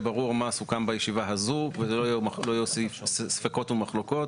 ברור מה סוכם בישיבה הזו ולא יהיו ספקות ומחלוקות.